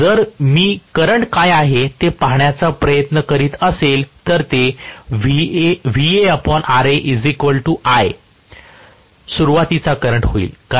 तर जर मी करंट काय आहे ते पाहण्याचा प्रयत्न करीत असेल तर ते सुरुवातीचा करंट होईल